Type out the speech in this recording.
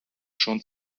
schon